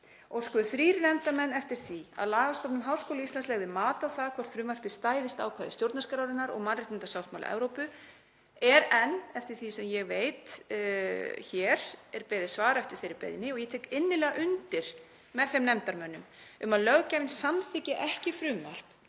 óskuðu þrír nefndarmenn eftir því að Lagastofnun Háskóla Íslands legði mat á það hvort frumvarpið stæðist ákvæði stjórnarskrárinnar og mannréttindasáttmála Evrópu. Er hér enn, eftir því sem ég veit, beðið svara við þeirri beiðni og ég tek innilega undir með þeim nefndarmönnum um að löggjafinn samþykki ekki frumvarp